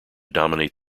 dominate